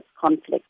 conflict